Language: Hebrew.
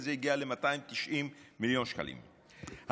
וזה הגיע ל-290 מיליון שקלים,